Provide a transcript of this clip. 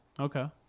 okay